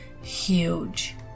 huge